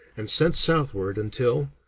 and sent southward, until,